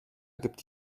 gibt